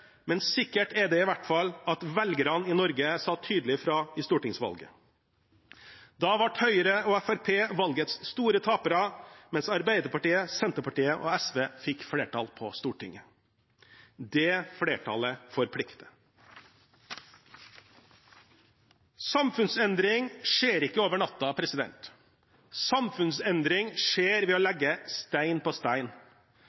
men sikkert er det i hvert fall at velgerne i Norge sa tydelig fra i stortingsvalget. Da ble Høyre og Fremskrittspartiet valgets store tapere, mens Arbeiderpartiet, Senterpartiet og SV fikk flertall på Stortinget. Det flertallet forplikter. Samfunnsendring skjer ikke over natten. Samfunnsendring skjer ved å